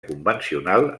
convencional